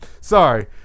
sorry